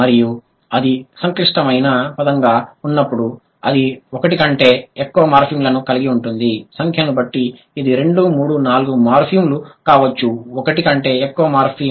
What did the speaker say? మరియు అది సంక్లిష్టమైన పదంగా ఉన్నప్పుడు అది ఒకటికంటే ఎక్కువ మార్ఫిమ్ లను కలిగి ఉంటుంది సంఖ్యను బట్టి ఇది 2 3 4 మార్ఫిములు కావచ్చు ఒకటి కంటే ఎక్కువ మార్ఫిమ్